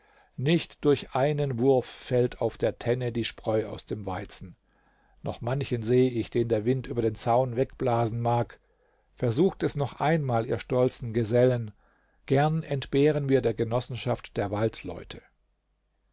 nicht durch einen wurf fällt auf der tenne die spreu aus dem weizen noch manchen sehe ich den der wind über den zaun wegblasen mag versucht es noch einmal ihr stolzen gesellen gern entbehren wir die genossenschaft der